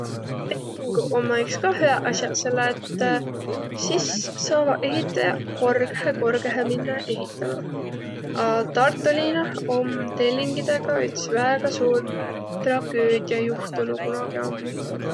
Tellinguq ommaq iks ka hüäq as'aq, selle et sis saavaq ehitäjäq korgõhe, korgõhe minnäq ehitämä. A Tarto liinah om tellingidega üts väega suur tragöödia juhtunuq kunagi ammuq.